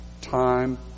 Time